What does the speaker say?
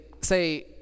say